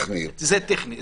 זה טכני.